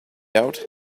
out